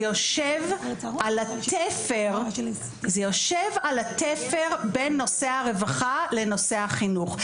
זה יושב על התפר בין נושא הרווחה לנושא החינוך.